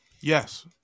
Yes